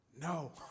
No